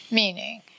meaning